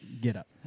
getup